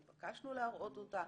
לא התבקשנו להראות אותה.